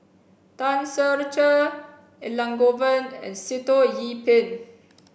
Tan Ser Cher Elangovan and Sitoh Yih Pin